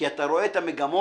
כי אתה רואה את המגמות,